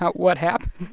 what happened?